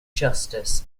justice